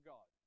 God